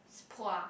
spoa